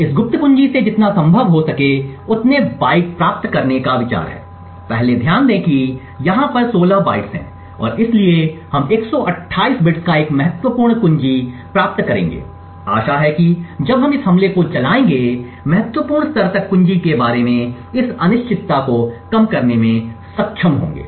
इस गुप्त कुंजी से जितना संभव हो सके उतने बाइट प्राप्त करने का विचार है पहला ध्यान दें कि यहां पर 16 बाइट्स हैं और इसलिए हम 128 बिट्स का एक महत्वपूर्ण कुंजी प्राप्त करेंगे आशा है कि जब हम इस हमले को चलाएंगे महत्वपूर्ण स्तर तक कुंजी के बारे में इस अनिश्चितता को कम करने में सक्षम होगा